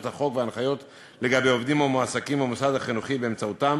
החוק וההנחיות לגבי עובדים המועסקים במוסד החינוכי באמצעותם,